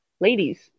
ladies